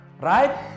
right